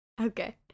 Okay